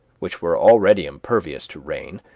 which were already impervious to rain,